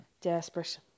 Desperate